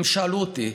הם שאלו אותי: